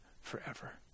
forever